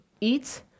Eats